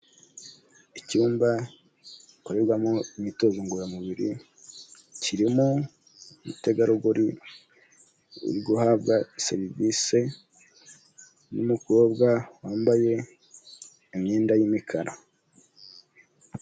Icyumba gikorerwamo imyitozo ngororamubiri, kirimo umutegarugori uri guhabwa serivisi n'umukobwa wambaye imyenda y'imikara.